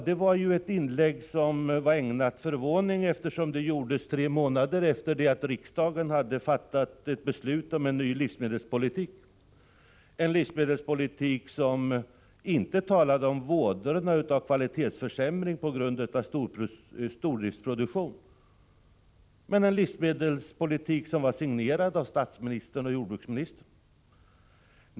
Det var ett inlägg som var ägnat att förvåna, eftersom det gjordes tre månader efter det att riksdagen hade fattat ett beslut om en ny livsmedelspolitik, en livsmedelspolitik som inte talade om vådorna av kvalitetsförsämring på grund av stordriftsproduktion men en livsmedelspolitik som var signerad av statsministern och jordbruksministern.